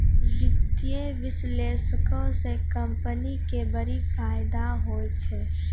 वित्तीय विश्लेषको से कंपनी के बड़ी फायदा होय छै